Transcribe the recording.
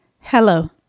Hello